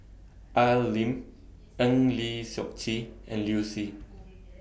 Al Lim Eng Lee Seok Chee and Liu Si